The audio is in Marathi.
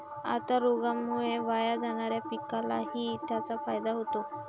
आता रोगामुळे वाया जाणाऱ्या पिकालाही त्याचा फायदा होतो